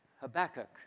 Habakkuk